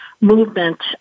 movement